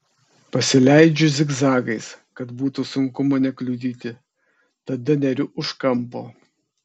pasileidžiu zigzagais kad būtų sunku mane kliudyti tada neriu už kampo